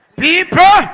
people